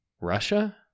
Russia